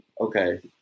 Okay